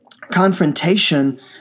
confrontation